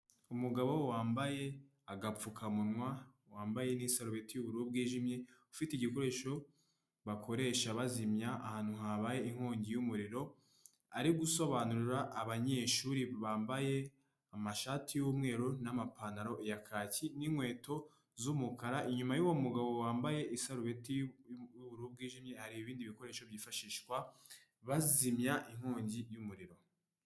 Umugabo wambaye agapfukamunwa, wambaye n'isarubeti y'ubururu bwijimye, ufite igikoresho bakoresha bazimya ahantu habaye inkongi y'umuriro, ari gusobanurira abanyeshuri bambaye amashati y'umweru n'amapantaro ya kaki n'inkweto z'umukara, inyuma y'uwo mugabo wambaye isarubeti y'ubururu bwijimye, hari ibindi bikoresho byifashishwa bazimya inkongi y'umuriro.